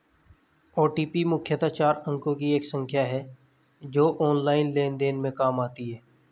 OTP मुख्यतः चार अंकों की एक संख्या है जो ऑनलाइन लेन देन में काम आती है